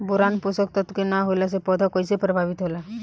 Boron पोषक तत्व के न होला से पौधा कईसे प्रभावित होला?